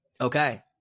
Okay